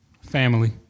Family